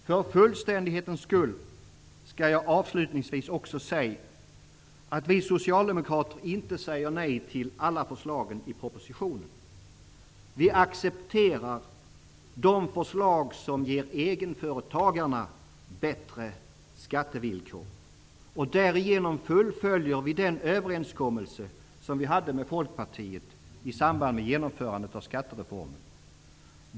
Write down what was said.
För fullständighetens skull skall jag avslutningsvis också säga att vi socialdemokrater inte säger nej till alla förslagen i propositionen. Vi accepterar de förslag som ger egenföretagarna bättre skattevillkor. Därigenom fullföljer vi den överenskommelse som vi hade med Folkpartiet i samband med genomförandet av skattereformen.